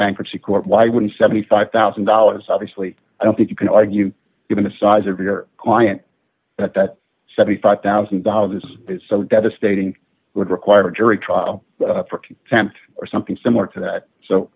bankruptcy court why wouldn't seventy five thousand dollars obviously i don't think you can argue given the size of your client that that seventy five thousand dollars is so devastating would require a jury trial for contempt or something similar to that so